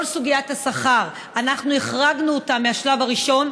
את כל סוגיית השכר אנחנו החרגנו מהשלב הראשון,